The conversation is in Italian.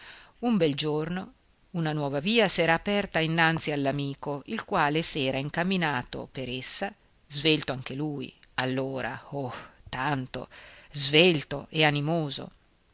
un bel giorno una nuova via s'era aperta innanzi all'amico il quale s'era incamminato per essa svelto anche lui allora oh tanto svelto e animoso